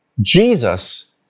Jesus